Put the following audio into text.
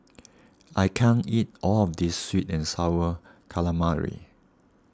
I can't eat all of this Sweet and Sour Calamari